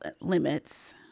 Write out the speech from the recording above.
limits